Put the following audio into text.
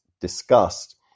discussed